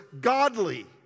godly